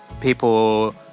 people